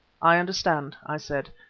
i understand, i said,